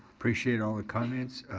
appreciate all the comments.